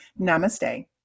Namaste